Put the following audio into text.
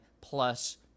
plus